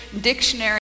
Dictionary